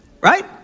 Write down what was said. Right